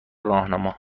راهنما